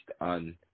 on